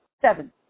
Seven